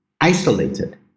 isolated